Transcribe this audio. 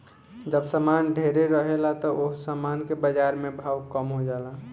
जब सामान ढेरे रहेला त ओह सामान के बाजार में भाव कम हो जाला